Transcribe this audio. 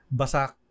basak